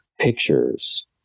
pictures